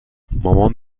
مامان